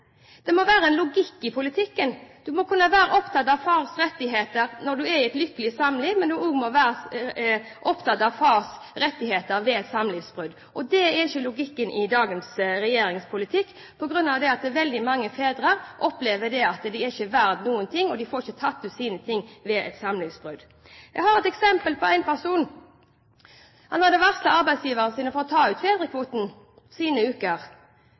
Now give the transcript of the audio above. det må være en logikk i politikken. Man må kunne være opptatt av fars rettigheter når man er i et lykkelig samliv, men man må også kunne være opptatt av fars rettigheter ved et samlivsbrudd. Og det er ikke logikken i dagens regjerings politikk, for veldig mange fedre opplever at de ikke er verdt noen ting, og at de ikke får tatt ut sine uker ved et samlivsbrudd. Jeg har et eksempel: En far hadde varslet arbeidsgiveren sin om at han skulle ta ut fedrekvoten, sine uker.